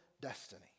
destiny